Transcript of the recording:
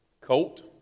colt